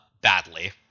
badly